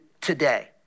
today